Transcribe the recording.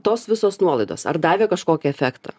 tos visos nuolaidos ar davė kažkokį efektą